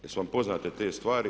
Jesu vam poznate te stvari?